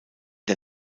der